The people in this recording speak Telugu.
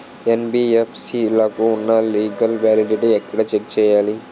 యెన్.బి.ఎఫ్.సి లకు ఉన్నా లీగల్ వ్యాలిడిటీ ఎక్కడ చెక్ చేయాలి?